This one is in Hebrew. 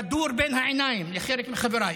כדור בין העיניים, לחלק מחבריי.